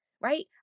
right